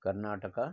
Karnataka